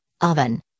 oven